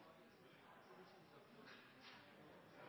er de som